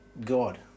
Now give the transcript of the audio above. God